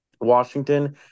Washington